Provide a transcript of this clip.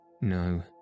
No